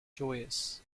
joyous